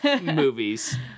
movies